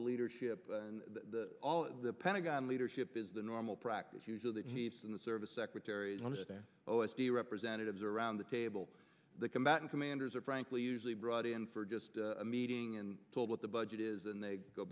the leadership and all the pentagon leadership is the normal practice usually that he's in the service secretaries understand o s d representatives around the table the combatant commanders are frankly usually brought in for just a meeting and told what the budget is and they go